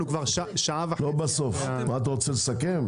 אנחנו כבר שעה וחצי -- אתה רוצה לסכם?